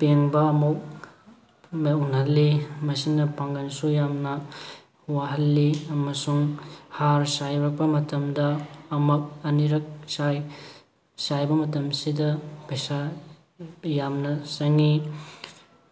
ꯄꯦꯡꯕ ꯑꯃꯨꯛ ꯃꯥꯌꯣꯛꯅꯍꯜꯂꯤ ꯃꯁꯤꯅ ꯄꯥꯡꯒꯜꯁꯨ ꯌꯥꯝꯅ ꯋꯥꯍꯜꯂꯤ ꯑꯃꯁꯨꯡ ꯍꯥꯔ ꯆꯥꯏꯔꯛꯄ ꯃꯇꯝꯗ ꯑꯃꯛ ꯑꯅꯤꯔꯛ ꯆꯥꯏ ꯆꯥꯏꯕ ꯃꯇꯝꯁꯤꯗ ꯄꯩꯁꯥ ꯌꯥꯝꯅ ꯆꯪꯉꯤ